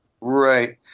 Right